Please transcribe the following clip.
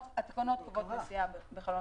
התקנות קובעות נסיעה בחלונות פתוחים.